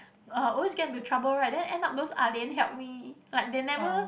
uh always get into trouble right then end up those Ah-Lian help me like they never